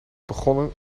begonnen